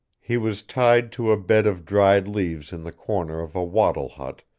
he was tied to a bed of dried leaves in the corner of a wattle hut,